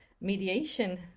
mediation